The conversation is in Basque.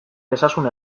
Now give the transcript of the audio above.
dezazun